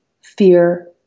fear